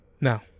Now